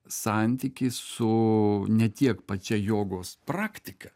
santykį su ne tiek pačia jogos praktika